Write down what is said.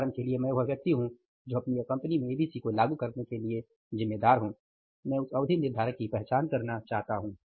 उदाहरण के लिए मैं वह व्यक्ति हूं जो अपनी कंपनी में एबीसी को लागू करने के लिए जिम्मेदार हूँ मैं उस अवधि निर्धारक की पहचान करना चाहता हूं